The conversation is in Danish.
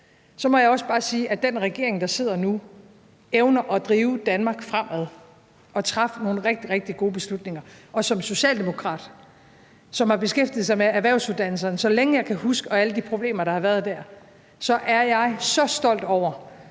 så må jeg også bare sige, at den regering, der sidder nu, evner at drive Danmark fremad og træffe nogle rigtig, rigtig gode beslutninger. Som socialdemokrat, som har beskæftiget sig med erhvervsuddannelserne, så længe jeg kan huske, og alle de problemer, der har været der, så er jeg så stolt over,